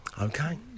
Okay